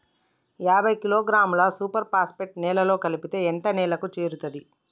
యాభై కిలోగ్రాముల super phosphate నేలలో కలిపితే ఎంత నేలకు చేరుతది?